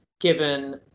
given